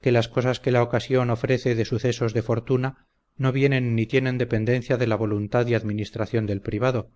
que las cosas que la ocasión ofrece de sucesos de fortuna no vienen ni tienen dependencia de la voluntad y administración del privado